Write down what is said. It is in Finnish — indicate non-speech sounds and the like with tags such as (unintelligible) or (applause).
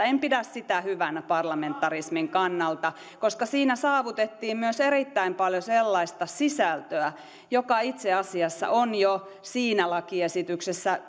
(unintelligible) en pidä sitä hyvänä parlamentarismin kannalta koska siinä saavutettiin myös erittäin paljon sellaista sisältöä joka itse asiassa on jo siinä lakiesityksessä (unintelligible)